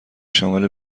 شامل